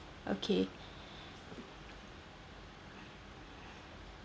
okay